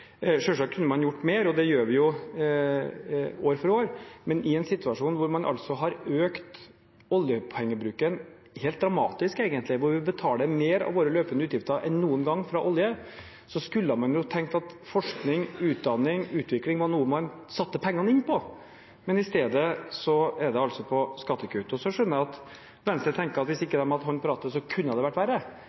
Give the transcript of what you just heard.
kunne man gjort mer, og det gjør vi jo år for år, men i en situasjon hvor man altså har økt oljepengebruken helt dramatisk, egentlig, hvor vi betaler mer av våre løpende utgifter enn noen gang fra olje, skulle man tenkt at forskning, utdanning og utvikling var noe man satte pengene inn på, men i stedet er det altså på skattekutt. Så skjønner jeg at Venstre tenker at hvis de ikke hadde hatt en hånd på rattet, kunne det vært verre,